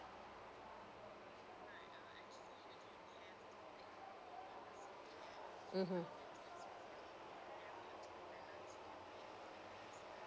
mmhmm